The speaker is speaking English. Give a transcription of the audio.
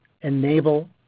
enable